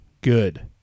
good